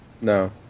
No